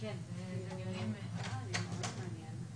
אנחנו מבינים שהיום לא תהיה הצבעה.